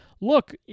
Look